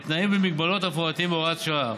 בתנאים ובמגבלות המפורטים בהוראת השעה,